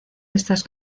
estas